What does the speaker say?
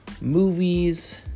movies